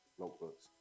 notebooks